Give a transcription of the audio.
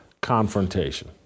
confrontation